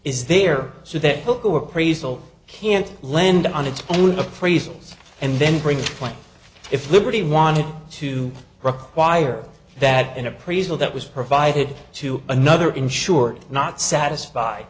is there so that book or appraisal can't lend on its own appraisals and then bridgepoint if liberty wanted to require that an appraisal that was provided to another insured not satisfy